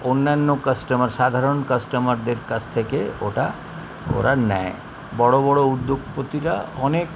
অন্যান্য কাস্টমার সাধারণ কাস্টমারদের কাছ থেকে ওটা ওরা নেয় বড় বড় উদ্যোগপতিরা অনেক